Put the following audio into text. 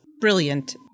brilliant